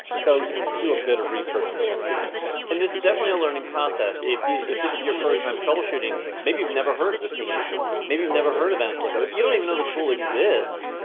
so you have to do a bit of research, if you're gonna do this. and this is definitely a learning process. if this is your first time troubleshooting, maybe you've never heard of the ping utility. maybe you've never heard of and nslookup. if you don't even know the tool exists,